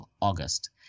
August